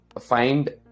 find